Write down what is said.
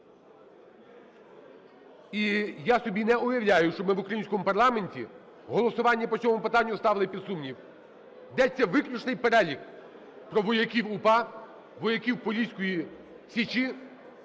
І я собі не уявляю, щоби в українському парламенті голосування по цьому питанню ставили під сумнів. Йдеться виключний перелік про вояків УПА, вояків Поліської Січі.